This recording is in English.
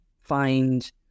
find